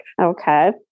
Okay